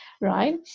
right